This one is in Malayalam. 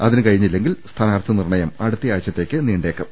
അതിനു കഴിഞ്ഞില്ലെങ്കിൽ സ്ഥാനാർത്ഥി നിർണ്ണയം അടുത്തയാഴ്ചത്തേക്ക് നീണ്ടേക്കും